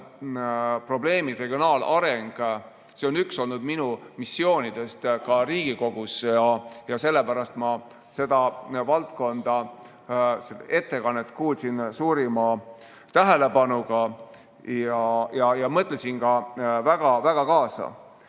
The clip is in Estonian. regionaalareng. See on olnud üks minu missioonidest ka Riigikogus ja sellepärast ma selle valdkonna ettekannet kuulasin suurima tähelepanuga ja mõtlesin ka väga-väga kaasa.